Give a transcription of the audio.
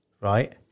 right